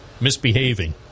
misbehaving